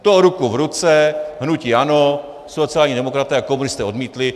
To ruku v ruce hnutí ANO, sociální demokraté a komunisté odmítli.